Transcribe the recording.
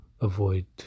avoid